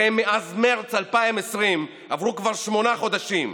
הרי מאז מרץ 2020 עברו כבר שמונה חודשים.